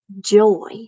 Joy